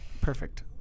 Perfect